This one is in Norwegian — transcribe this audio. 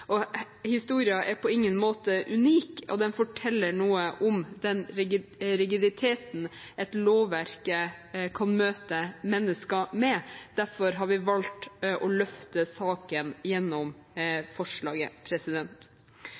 er på ingen måte unik, og den forteller noe om den rigiditeten et lovverk kan møte mennesker med. Derfor har vi valgt å løfte saken gjennom forslaget.